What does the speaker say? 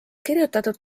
kirjutatud